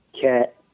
cat